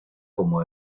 como